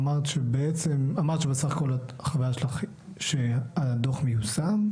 אמרת שבסך הכל שהדוח מיושם,